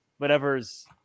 whatever's